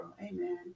amen